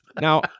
Now